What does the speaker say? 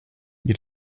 you